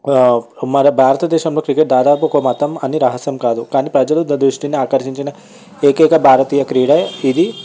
మన భారతదేశంలో క్రికెట్ దాదాపు ఒక మతం అని రహస్యం కాదు కానీ ప్రజల దృష్టిని ఆకర్షించిన ఏకైక భారతీయ క్రీడా ఇది